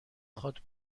خواد